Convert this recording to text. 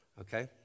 okay